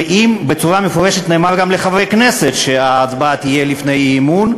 ואם בצורה מפורשת נאמר גם לחברי הכנסת שההצבעה תהיה לפני האי-אמון,